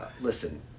Listen